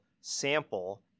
sample